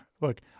Look